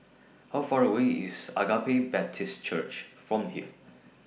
How Far away IS Agape Baptist Church from here